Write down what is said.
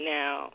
now